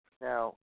Now